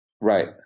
Right